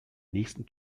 nächsten